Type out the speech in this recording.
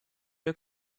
der